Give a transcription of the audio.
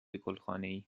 گلخانهای